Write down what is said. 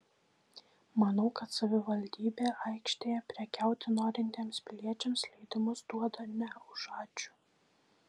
manau kad savivaldybė aikštėje prekiauti norintiems piliečiams leidimus duoda ne už ačiū